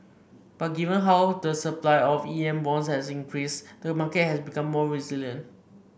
but given how the supply of E M bonds has increased the market has become more resilient